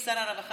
עם שר הרווחה,